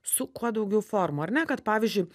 su kuo daugiau formų ar ne kad pavyzdžiui